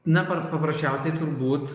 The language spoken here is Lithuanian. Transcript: na par paprasčiausiai turbūt